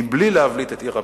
בלי להבליט את עיר הבירה,